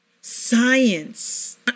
science